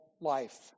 life